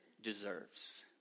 deserves